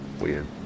weird